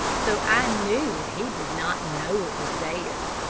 so i knew he did not know it was there.